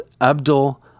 Abdul